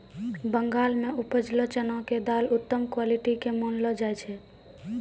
बंगाल मॅ उपजलो चना के दाल उत्तम क्वालिटी के मानलो जाय छै